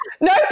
No